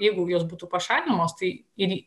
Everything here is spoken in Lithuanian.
jeigu jos būtų pašalinamos tai ir